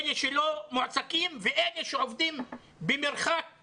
אלה שלא מועסקים ואלה שעובדים במרחק